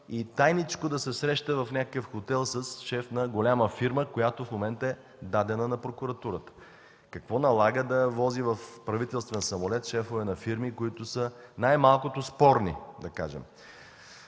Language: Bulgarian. и тайничко да се среща в някакъв хотел с шеф на голяма фирма, която в момента е дадена на прокуратурата. Какво налага да вози в правителствения самолет шефове на фирми, които са най-малкото спорни, да кажем.